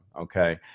okay